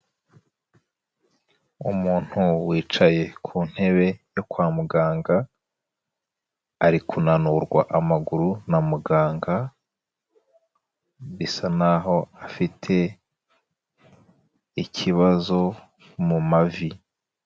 Umuntu wicaye ku ntebe yo kwa muganga, ari kunanurwa amaguru na muganga, bisa naho afite ikibazo mu mavi.